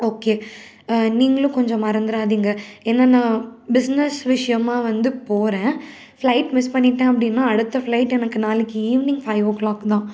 okay நீங்களும் கொஞ்சம் மறந்துடாதீங்க என்னென்னா பிஸ்னஸ் விஷயமாக வந்து போகிறேன் ஃப்ளைட் மிஸ் பண்ணிட்டேன் அப்படின்னா அடுத்த ஃப்ளைட்டை எனக்கு நாளைக்கு ஈவினிங் ஃபைவ் ஓ க்ளாக் தான்